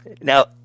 Now